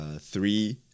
three